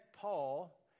Paul